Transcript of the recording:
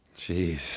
Jeez